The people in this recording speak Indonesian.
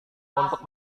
untuk